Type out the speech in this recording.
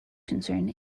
concern